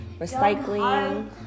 recycling